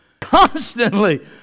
constantly